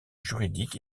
juridiques